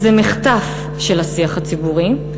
זה מחטף של השיח הציבורי,